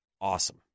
awesome